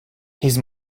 his